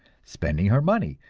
spending her money,